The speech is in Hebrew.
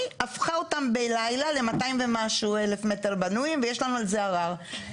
הפכה אותם בלילה ל-200 ומשהו אלף מטר בנוי ויש לנו על זה ערר.